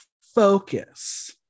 focus